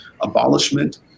Abolishment